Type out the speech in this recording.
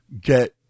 get